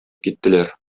киттеләр